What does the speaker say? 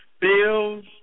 Bill's